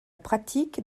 pratique